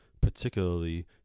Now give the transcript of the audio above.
Particularly